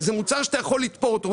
זה מוצר שאתה יכול לתפור אותו.